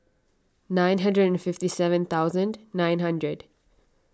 nine hundred and fifty seven thousand nine hundred